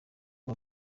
rwa